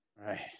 right